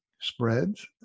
spreads